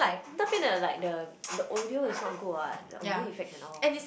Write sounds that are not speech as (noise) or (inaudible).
then I feel like the like the (noise) the audio is not good what the audio effect and all